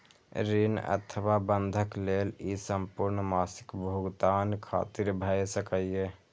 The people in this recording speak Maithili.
ऋण अथवा बंधक लेल ई संपूर्ण मासिक भुगतान खातिर भए सकैए